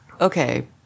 okay